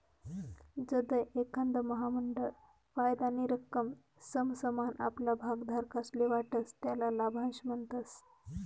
जधय एखांद महामंडळ फायदानी रक्कम समसमान आपला भागधारकस्ले वाटस त्याले लाभांश म्हणतस